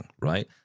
right